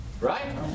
right